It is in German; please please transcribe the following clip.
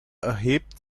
erhebt